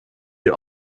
die